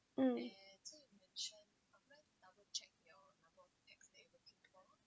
mm